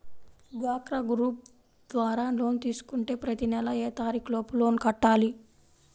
డ్వాక్రా గ్రూప్ ద్వారా లోన్ తీసుకుంటే ప్రతి నెల ఏ తారీకు లోపు లోన్ కట్టాలి?